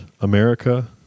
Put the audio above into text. America